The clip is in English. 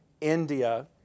India